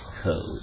code